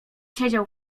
siedział